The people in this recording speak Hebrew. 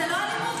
זה לא אלימות?